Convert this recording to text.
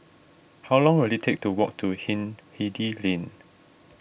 how long will it take to walk to Hindhede Lane